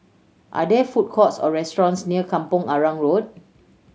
are there food courts or restaurants near Kampong Arang Road